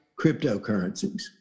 cryptocurrencies